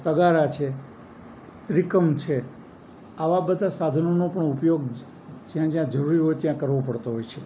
તગારા છે ત્રિકમ છે આવા બધા સાધનોનો પણ ઉપયોગ જ્યાં જ્યાં જરૂરી હોય ત્યાં કરવો પડતો હોય છે